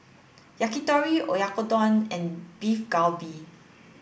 Yakitori Oyakodon and Beef Galbi